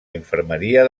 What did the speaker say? infermeria